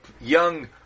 young